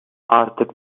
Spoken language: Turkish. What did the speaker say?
artık